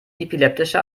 epileptische